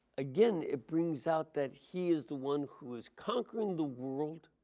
again it brings out that he is the one who is conquering the world